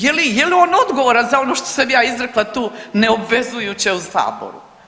Je li on odgovoran za ono što sam ja izrekla tu neobvezujuće u saboru?